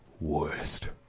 worst